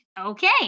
okay